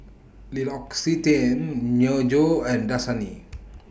L'Occitane Myojo and Dasani